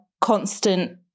constant –